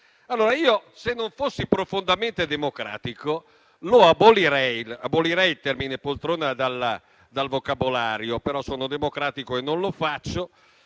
Allora, se non fossi profondamente democratico, abolirei il termine poltrona dal vocabolario. Sono però democratico e non lo faccio,